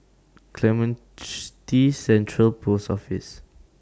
Clementi Central Post Office